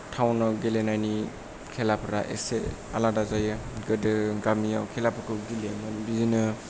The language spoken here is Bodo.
टावनाव गेलेनायनि खेलाफोरा एसे आलादा जायो गोदो गामियाव खेलाफोरखौ गेलेयोमोन बिदिनो